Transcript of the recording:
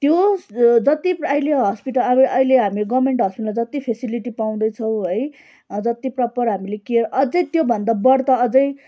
त्यो जति अहिले हस्पिटल अब अहिले हामी गर्मेन्ट हस्पिटलमा जति फेसिलिटी पाउँदैछौँ है जति प्रपर हामीले केयर अझै त्योभन्दा बढ्ता अझै